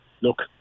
look